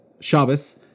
Shabbos